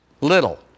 Little